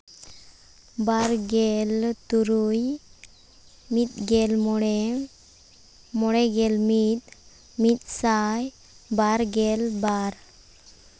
ᱵᱟᱨ ᱜᱮᱞ ᱛᱩᱨᱩᱭ ᱢᱤᱫ ᱜᱮᱞ ᱢᱚᱬᱮ ᱢᱚᱬᱮ ᱜᱮᱞ ᱢᱤᱫ ᱢᱤᱫ ᱥᱟᱭ ᱵᱟᱨ ᱜᱮᱞ ᱵᱟᱨ